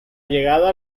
llegada